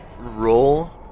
Roll